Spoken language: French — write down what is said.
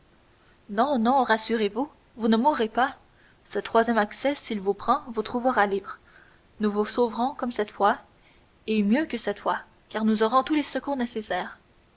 non non rassurez-vous vous ne mourrez pas ce troisième accès s'il vous prend vous trouvera libre nous vous sauverons comme cette fois et mieux que cette fois car nous aurons tous les secours nécessaires